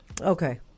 Okay